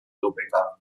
topeka